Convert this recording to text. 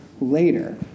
later